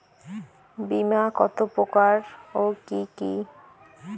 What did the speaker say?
বীমা কত প্রকার ও কি কি?